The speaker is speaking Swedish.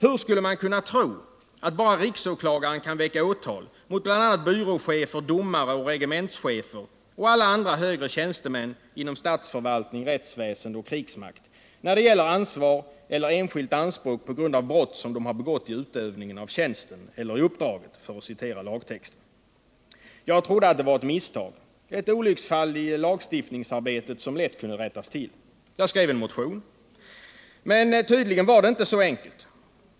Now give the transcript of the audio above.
Hur skulle man kunna tro att bara riksåklagaren kan väcka åtal mot byråchefer, domare och regementschefer och alla andra högre tjänstemän inom statsförvaltning, rättsväsende och krigsmakt, när det gäller ”ansvar eller enskilt anspråk på grund av brott som i utövningen av tjänsten eller uppdraget begåtts”, för att citera lagtexten? Jag trodde att det var ett misstag, ett olycksfall i lagstiftningsarbetet, som lätt kunde rättas till. Jag skrev en motion. Men tydligen var det inte så enkelt.